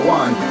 one